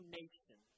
nation